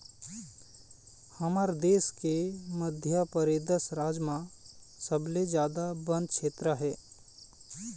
हमर देश के मध्यपरेदस राज म सबले जादा बन छेत्र हे